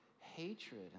hatred